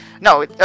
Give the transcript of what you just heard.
No